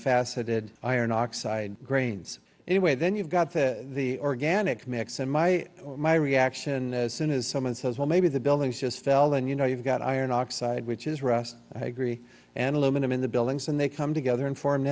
faceted iron oxide grains anyway then you've got the organic mix and my my reaction as soon as someone says well maybe the buildings just fell and you know you've got iron oxide which is rust i agree and aluminum in the buildings and they come together and form